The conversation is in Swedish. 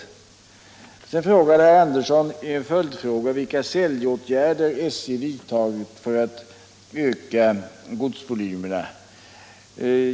Slutligen framställde herr Andersson i Ljung följdfrågan vilka säljåtgärder SJ har vidtagit för att öka godsvolymerna.